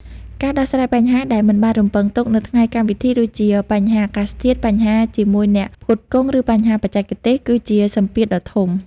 ការដោះស្រាយបញ្ហាដែលមិនបានរំពឹងទុក នៅថ្ងៃកម្មពិធី ដូចជាបញ្ហាអាកាសធាតុ បញ្ហាជាមួយអ្នកផ្គត់ផ្គង់ ឬបញ្ហាបច្ចេកទេស គឺជាសម្ពាធដ៏ធំ។